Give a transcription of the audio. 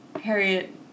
Harriet